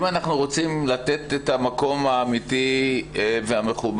אם אנחנו רוצים לתת את המקום האמיתי והמכובד